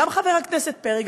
גם חבר הכנסת פרי,